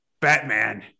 Batman